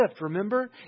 Remember